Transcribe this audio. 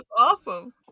awesome